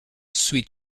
sweet